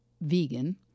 vegan